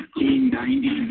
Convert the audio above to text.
1590